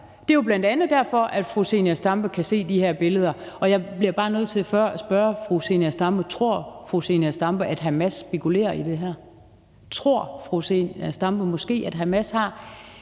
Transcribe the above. Det er jo bl.a. derfor, at fru Zenia Stampe kan se de her billeder. Og jeg bliver bare nødt til at spørge fru Zenia Stampe: Tror fru Zenia Stampe, at Hamas spekulerer i det her? Tror fru Zenia Stampe måske, at Hamas har